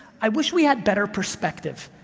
i wish we had better perspective.